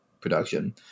production